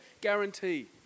guarantee